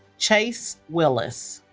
chase willis